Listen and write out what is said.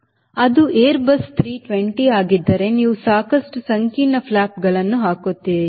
ಅದು A320 ಆಗಿದ್ದರೆ ನೀವು ಸಾಕಷ್ಟು ಸಂಕೀರ್ಣ ಫ್ಲಾಪ್ಗಳನ್ನು ಹಾಕುತ್ತೀರಿ ಸರಿ